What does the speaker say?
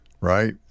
right